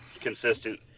consistent –